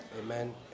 Amen